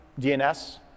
DNS